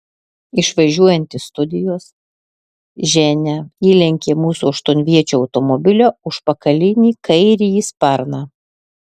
išvažiuojant iš studijos ženia įlenkė mūsų aštuonviečio automobilio užpakalinį kairįjį sparną